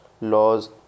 laws